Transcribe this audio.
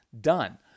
done